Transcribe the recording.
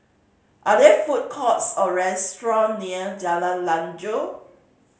are there food courts or restaurant near Jalan Lanjut